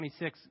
26